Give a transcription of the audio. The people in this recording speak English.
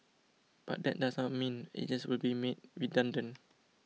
but that does not mean agents will be made redundant